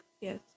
Yes